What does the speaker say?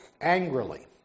angrily